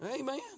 Amen